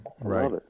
right